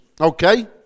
okay